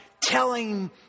telling